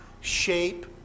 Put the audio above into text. shape